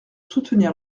soutenir